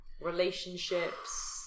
relationships